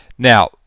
Now